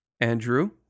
Andrew